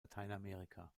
lateinamerika